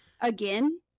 again